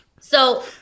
So-